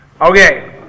Okay